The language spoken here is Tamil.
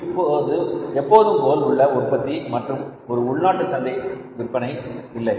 இது எப்போதும் போல் உள்ள உற்பத்தி மற்றும் ஒரு உள்நாட்டு சந்தை விற்பனை இல்லை